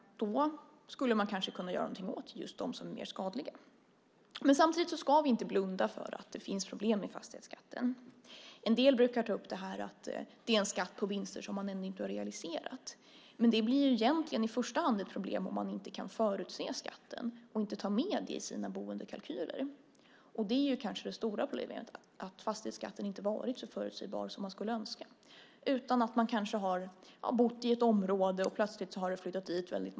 Då skulle man kanske kunna göra någonting åt just dem som är mer skadliga. Samtidigt ska vi inte blunda för att det finns problem med fastighetsskatten. En del brukar ta upp det här med att det är en skatt på vinster som man ännu inte har realiserat. Men det blir egentligen i första hand ett problem om man inte kan förutse skatten och inte kan ta med den i sina boendekalkyler. Det är kanske det stora problemet; fastighetsskatten har inte varit så förutsägbar som man skulle önska. Man kanske har bott länge i ett område, och plötsligt har många flyttat dit.